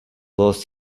lost